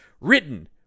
written